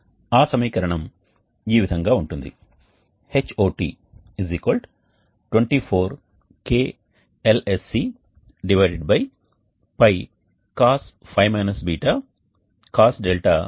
ఆ సమీకరణం ఈ విధంగా ఉంటుంది Hot 24 kLSC Π Cos ϕ ß Cos 𝛿 Sin ωsrt